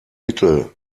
mittel